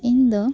ᱤᱧ ᱫᱚ